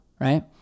right